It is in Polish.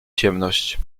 ciemność